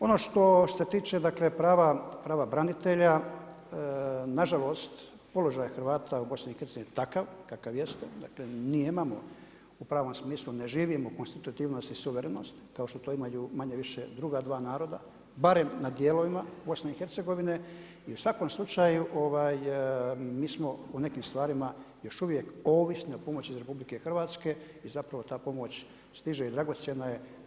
Ono što se tiče dakle prava branitelja, nažalost položaj Hrvata u BiH-a je takav kakav jeste, dakle nemamo u pravnom smislu ne živimo konstitutivnost i suverenost kao što to imaju manje-više druga dva naroda barem na dijelovima BiH. i u svakom slučaju mi smo u nekim stvarima još uvijek ovisna pomoć iz RH i zapravo ta pomoć stiže i dragocjena je.